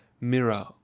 mirror